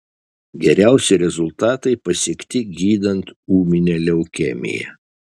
geriausi rezultatai pasiekti gydant ūminę leukemiją